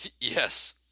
Yes